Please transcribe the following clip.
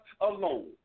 alone